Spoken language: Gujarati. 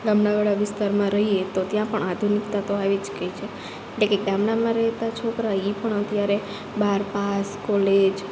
ગામડાવાળા વિસ્તારમાં રહીએ તો ત્યાં પણ આધુનિકતા તો આવી જ ગઈ છે એટલે ગામડામાં રહેતા છોકરાઓ એ પણ અત્યારે બાર પાસ કોલેજ